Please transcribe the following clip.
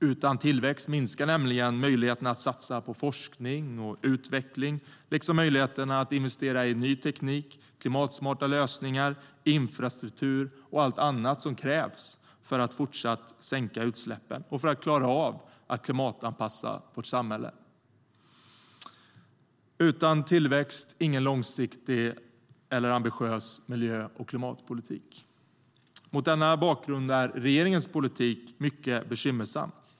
Utan tillväxt minskar nämligen möjligheterna att satsa på forskning och utveckling liksom möjligheterna att investera i ny teknik, klimatsmarta lösningar, infrastruktur och allt annat som krävs för att fortsatt sänka utsläppen och för att klara av att klimatanpassa vårt samhälle: Utan tillväxt, ingen långsiktig och ambitiös miljö och klimatpolitik. Mot denna bakgrund är regeringens politik mycket bekymmersam.